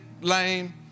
lame